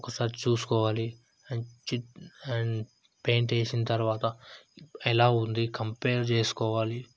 ఒకసారి చూసుకోవాలి చిత్ అండ్ పెయింట్ వేసిన తర్వాత ఎలా ఉంది కంపేర్ చేసుకోవాలి